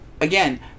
again